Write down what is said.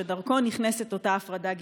שדרכו נכנסת אותה הפרדה גזעית.